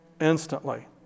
Instantly